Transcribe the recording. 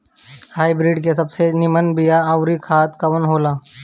Hybrid के सबसे नीमन बीया अउर खाद कवन हो ला?